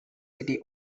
city